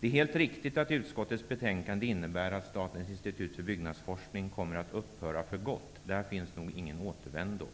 Det är helt riktigt att utskottets betänkande innebär att Statens institut för byggnadsforskning kommer att upphöra för gott. Där finns nog ingen återvändo.